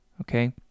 okay